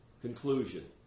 conclusion